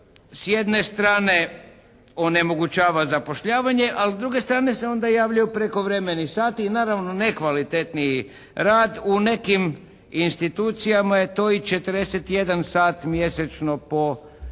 s jedne strane onemogućava zapošljavanje, ali s druge strane se onda javljaju prekovremeni sati i naravno nekvalitetniji rad. U nekim institucijama je to i 41 sat mjesečno po